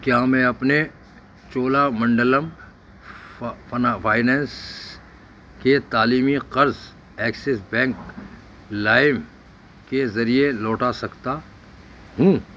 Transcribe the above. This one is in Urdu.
کیا میں اپنے چولا منڈلم ف فنا فائنانس کےتعلیمی قرض ایکسس بینک لائم کے ذریعے لوٹا سکتا ہوں